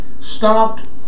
stopped